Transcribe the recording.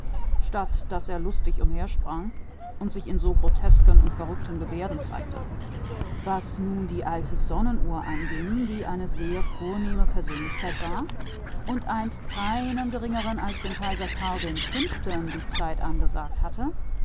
nachdenklich anstatt lustig herumzuhüpfen und sich in so groteske und alberne stellungen zu werfen und die alte sonnenuhr die eine sehr ausgesprochene persönlichkeit war und einst keinem geringeren als dem kaiser karl v selber die stunden angezeigt hatte